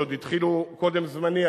שהתחילו עוד קודם זמני,